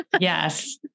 Yes